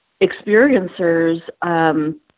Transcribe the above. experiencers